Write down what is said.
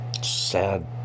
Sad